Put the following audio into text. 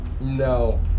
No